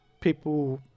people